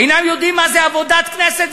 אינם יודעים מה זה עבודת כנסת,